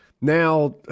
Now